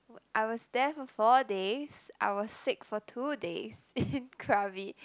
I was there for four days I was sick for two days in Krabi